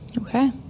okay